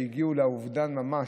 שהגיעו לאובדנות ממש,